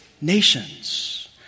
nations